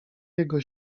jego